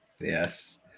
Yes